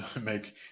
make